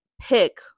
pick